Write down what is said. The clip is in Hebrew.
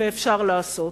ואפשר לעשות.